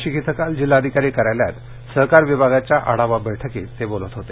नाशिक इथं काल जिल्हाधिकारी कार्यालयात सहकार विभागाच्या आढावा बैठकीत ते बोलत होते